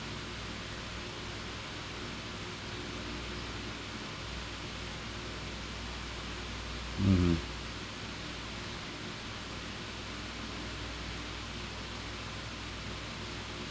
mm